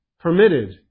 permitted